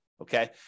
Okay